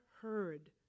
heard